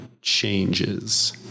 changes